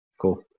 Cool